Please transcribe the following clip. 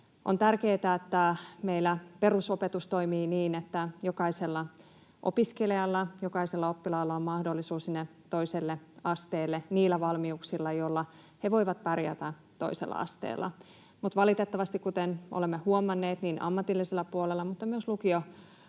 On tärkeätä, että meillä perusopetus toimii niin, että jokaisella opiskelijalla, jokaisella oppilaalla, on mahdollisuus sinne toiselle asteelle niillä valmiuksilla, joilla he voivat pärjätä toisella asteella, mutta valitettavasti, kuten olemme huomanneet, niin ammatillisella puolella kuin myös lukiokoulutuksen